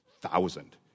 thousand